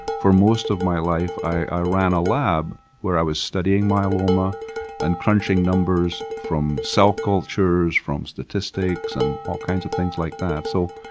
for most of my life i ran a lab where i was studying myeloma and crunching numbers from cell cultures, from statistics and all kinds of things like that. so,